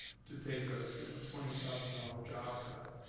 to take a you know twenty thousand dollars job cut.